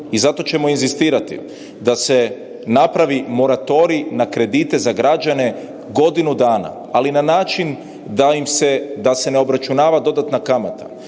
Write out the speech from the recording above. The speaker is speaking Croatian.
i zato ćemo inzistirati da se napravi moratorij na kredite za građane godinu dana, ali na način da se ne obračunava dodatna kamata